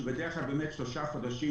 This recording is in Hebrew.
שבדרך כלל היא שלושה חודשים,